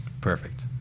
Perfect